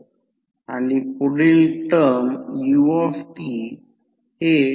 तर आपण पुन्हा त्या सर्किटकडे परत जाऊया